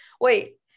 Wait